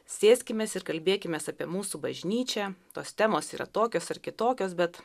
sėskimės ir kalbėkimės apie mūsų bažnyčią tos temos yra tokios ar kitokios bet